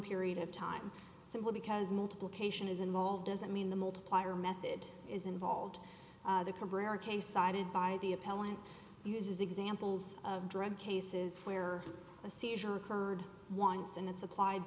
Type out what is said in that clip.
period of time simply because multiplication is involved doesn't mean the multiplier method is involved the cabrera case cited by the appellant uses examples of drug cases where a seizure occurred once and it's applied